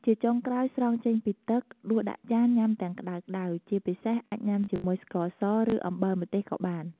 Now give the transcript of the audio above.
ជាចុងក្រោយ ស្រង់ចេញពីទឹក ដួសដាក់ចានញ៉ាំទាំងក្តៅៗ ជាពិសេសអាចញ៉ាំជាមួយស្ករស ឬអំបិលម្ទេសក៏បាន។